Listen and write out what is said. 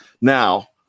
now